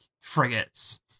frigates